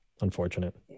Unfortunate